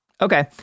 Okay